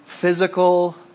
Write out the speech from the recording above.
physical